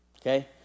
Okay